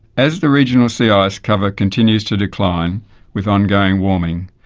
as the regional sea ice cover continues to decline with ongoing warming,